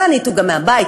והניתוק מהבית,